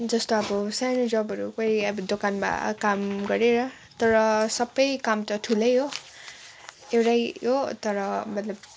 जस्तो अब सानो जबहरू कोही अब दोकानमा काम गरेर तर सबै काम त ठुलै हो एउटै हो तर मतलब